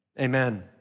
Amen